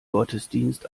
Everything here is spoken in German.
gottesdienst